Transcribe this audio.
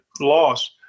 loss